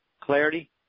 Clarity